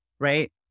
Right